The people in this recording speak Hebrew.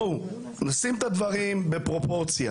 בואו נשים את הדברים בפרופורציה.